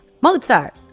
Mozart